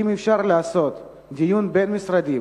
אפשר לעשות דיון בין-משרדי,